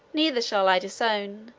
neither shall i disown,